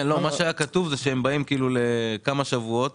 היה כתוב שהם באים לכמה שבועות,